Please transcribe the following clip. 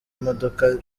imodoka